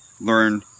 learn